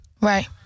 Right